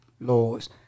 laws